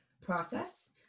process